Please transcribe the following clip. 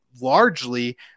largely